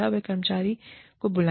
आप कर्मचारी को बुलाए